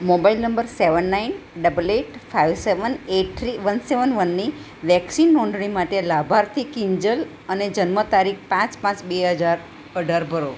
mobile number seven nine double eight five seven eight three one seven વનની vaccine નોંધણી માટે લાભાર્થી કિંજલ અને જન્મ તારીખ પાંચ પાંચ બે હજાર અઢાર ભરો